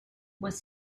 was